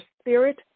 spirit